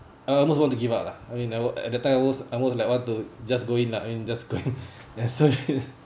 I almost want to give up lah I mean at uh at the time almost almost like want to just go in lah I mean just go in